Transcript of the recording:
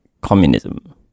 communism